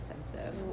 expensive